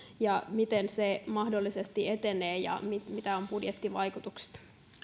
miten se mahdollisesti etenee ja mitkä ovat budjettivaikutukset